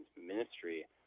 ministry